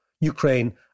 Ukraine